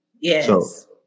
Yes